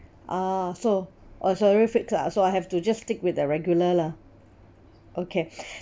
ah so uh it's already fixed lah so I have to just stick with the regular lah okay